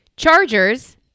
Chargers